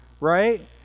right